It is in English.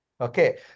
Okay